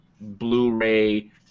Blu-ray